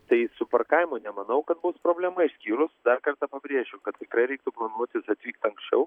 tai su parkavimu nemanau kad bus problema išskyrus dar kartą pabrėžiu kad tikrai reiktų planuotis atvykt anksčiau